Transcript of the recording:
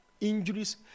injuries